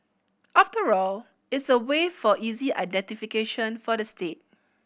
after all it's a way for easy identification for the state